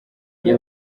iyo